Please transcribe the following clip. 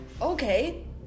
Okay